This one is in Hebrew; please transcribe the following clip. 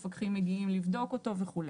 מפקחים מגיעים לבדוק אותו וכו'.